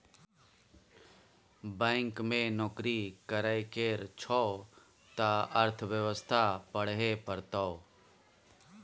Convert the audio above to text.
bank मे नौकरी करय केर छौ त अर्थव्यवस्था पढ़हे परतौ